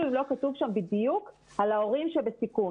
אם לא כתוב שם בדיוק על ההורים שבסיכון.